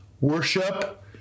Worship